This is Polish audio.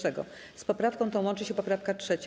Z poprawką tą łączy się poprawka 3.